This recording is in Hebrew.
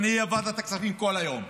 ואני אהיה בוועדת הכספים כל היום,